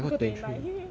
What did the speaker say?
I got twenty nine